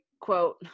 quote